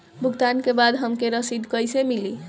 भुगतान के बाद हमके रसीद कईसे मिली?